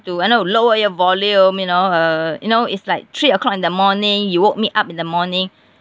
to you know lower your volume you know uh you know it's like three O clock in the morning you woke me up in the morning